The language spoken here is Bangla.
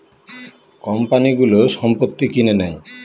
কোম্পানিগুলো সম্পত্তি কিনে নেয়